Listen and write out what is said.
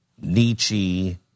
Nietzsche